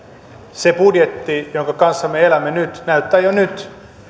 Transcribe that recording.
se budjetti jonka kanssa me elämme nyt näyttää jo nyt